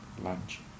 lunch